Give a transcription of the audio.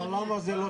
אבל למה זה לא תפקידה?